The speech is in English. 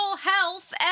health